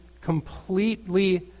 completely